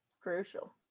Crucial